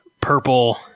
purple